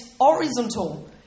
horizontal